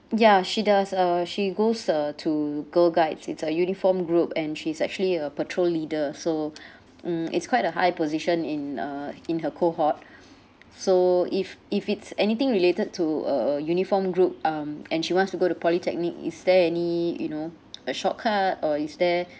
ya she does uh she goes uh to girl guides it's a uniform group and she's actually a patrol leader so mm it's quite a high position in uh in her cohort so if if it's anything related to a a uniform group um and she wants to go to polytechnic is there any you know a shortcut or is there